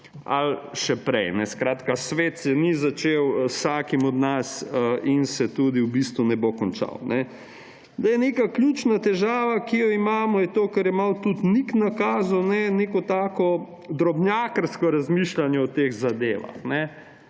ali še prej; skratka, svet se ni začel z vsakim od nas in se tudi v bistvu ne bo končal. Neka ključna težava, ki jo imamo, je to, kar je malo tudi Nik nakazal, neko tako drobnjakarsko razmišljanje o teh zadevah.